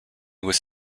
was